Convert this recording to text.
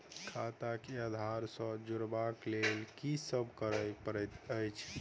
खाता केँ आधार सँ जोड़ेबाक लेल की सब करै पड़तै अछि?